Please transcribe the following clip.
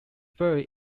buried